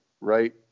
Right